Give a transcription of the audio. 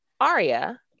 Aria